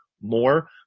more